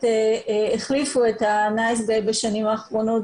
החליפו את ה"נייס גאי" בשנים האחרונות.